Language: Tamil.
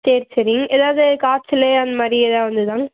சரி சரி எதாவது காய்ச்சலு அந்த மாதிரி எதா வந்துதா